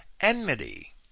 enmity